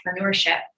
entrepreneurship